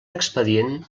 expedient